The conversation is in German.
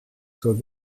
zur